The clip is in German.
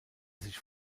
sich